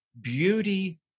beauty